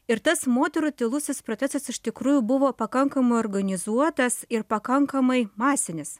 ir tas moterų tylusis procesas iš tikrųjų buvo pakankamai organizuotas ir pakankamai masinis